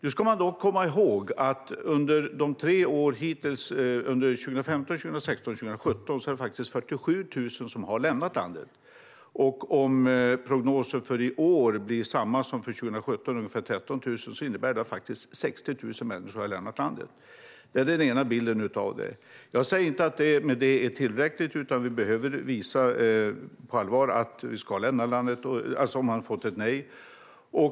Nu ska man dock komma ihåg att totalt 47 000 lämnade landet under åren 2015, 2016 och 2017. Om antalet i år blir samma som 2017, ungefär 13 000, innebär det att 60 000 människor har lämnat landet. Det är den ena bilden av det. Men jag säger inte att det är tillräckligt, utan vi behöver visa på allvar att man ska lämna landet om man har fått ett nej.